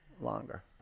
Longer